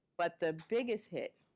but the biggest hit,